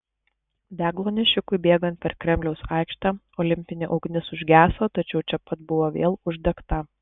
deglo nešikui bėgant per kremliaus aikštę olimpinė ugnis užgeso tačiau čia pat buvo vėl uždegta